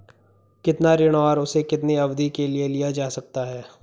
कितना ऋण और उसे कितनी अवधि के लिए लिया जा सकता है?